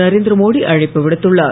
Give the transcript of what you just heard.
நரேந்திரமோடி அழைப்பு விடுத்துள்ளார்